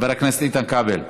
חבר הכנסת איתן כבל,